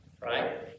right